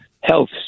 health